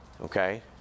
okay